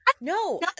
no